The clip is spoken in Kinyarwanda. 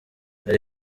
hari